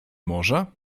morza